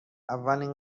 اولین